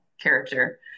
character